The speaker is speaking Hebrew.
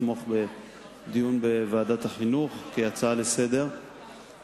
ולתמוך בדיון בה בוועדת החינוך כהצעה לסדר-היום.